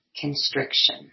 constriction